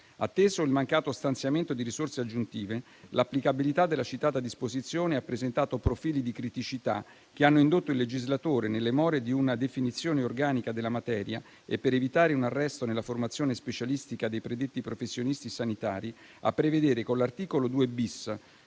Atteso il mancato stanziamento di risorse aggiuntive, l'applicabilità della citata disposizione ha presentato profili di criticità che hanno indotto il legislatore, nelle more di una definizione organica della materia e per evitare un arresto nella formazione specialistica dei predetti professionisti sanitari, a prevedere con l'articolo 2-*bis*